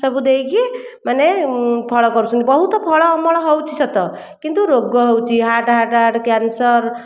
ସବୁ ଦେଇକି ମାନେ ଫଳ କରୁଛନ୍ତି ବହୁତ ଫଳ ଅମଳ ହେଉଛି ସତ କିନ୍ତୁ ରୋଗ ହେଉଛି ହାର୍ଟଆଟାକ୍ କ୍ୟାନସର